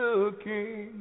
Looking